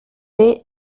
est